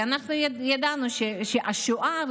כי אנחנו עברנו את השואה,